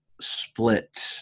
split